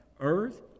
earth